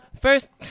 first